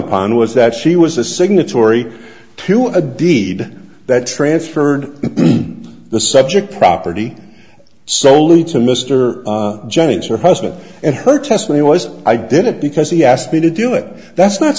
upon was that she was a signatory to a deed that transferred the subject property soley to mr jennings her husband and her testimony was i did it because he asked me to do it that's not